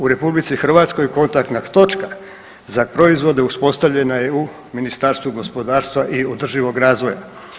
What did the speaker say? U RH kontaktna točka za proizvode uspostavljena je u Ministarstvu gospodarstva i održivog razvoja.